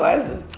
glasses?